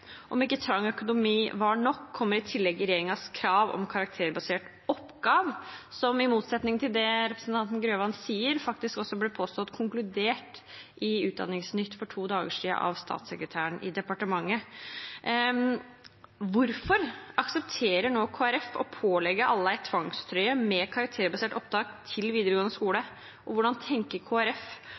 Om ikke trang økonomi er nok, kommer i tillegg regjeringens krav om karakterbasert opptak – som i motsetning til det representanten Grøvan sier, faktisk ble påstått konkludert i utdanningsnytt.no for to dager siden av statssekretæren i departementet. Hvorfor aksepterer nå Kristelig Folkeparti å pålegge alle en tvangstrøye med karakterbasert opptak til videregående skole, og hvordan tenker